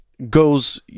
Goes